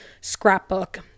scrapbook